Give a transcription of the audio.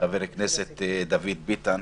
חבר הכנסת דוד ביטן,